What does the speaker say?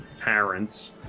parents